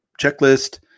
checklist